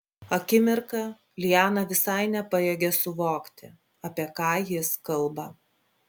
akimirką liana visai nepajėgė suvokti apie ką jis kalba